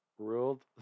Ruled